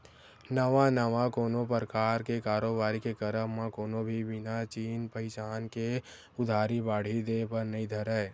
नवा नवा कोनो परकार के कारोबारी के करब म कोनो भी बिना चिन पहिचान के उधारी बाड़ही देय बर नइ धरय